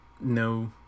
no